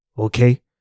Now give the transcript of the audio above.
okay